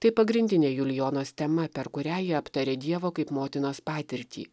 tai pagrindinė julijonos tema per kurią ji aptaria dievo kaip motinos patirtį